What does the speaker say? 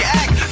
act